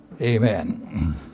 Amen